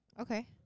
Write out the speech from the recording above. Okay